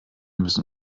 müssen